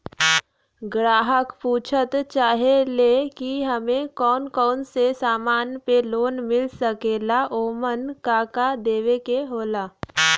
ग्राहक पुछत चाहे ले की हमे कौन कोन से समान पे लोन मील सकेला ओमन का का देवे के होला?